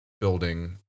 building